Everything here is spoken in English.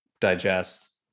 digest